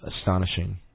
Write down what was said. astonishing